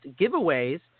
giveaways